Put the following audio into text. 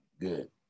Good